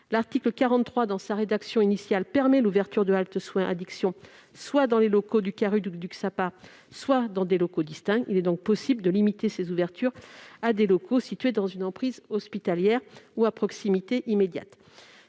L'article 43, dans sa rédaction initiale, autorise l'ouverture de HSA soit dans les locaux du Caarud ou du Csapa, soit dans des locaux distincts. Il est donc possible de limiter leur ouverture à des locaux situés dans une emprise hospitalière ou à proximité immédiate.